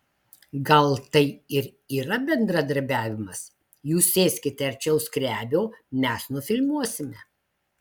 gal tai ir yra bendradarbiavimas jūs sėskite arčiau skrebio mes nufilmuosime